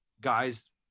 guys